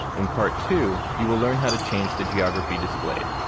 in part two, you will learn how to change the geography displayed.